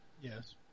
yes